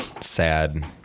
sad